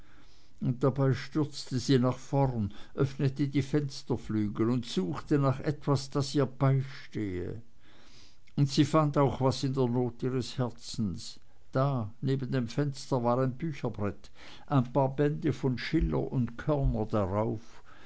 und dabei stürzte sie nach vorn öffnete die fensterflügel und suchte nach etwas das ihr beistehe und sie fand auch was in der not ihres herzens da neben dem fenster war ein bücherbrett ein paar bände von schiller und körner darauf